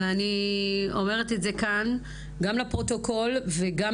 ואני אומרת את זה כאן גם לפרוטוקול וגם